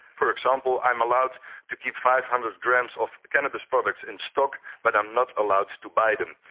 for example i'm allowed to keep five hundred grams of cannabis products in stock, but i'm not allowed to to buy them,